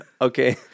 okay